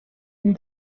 and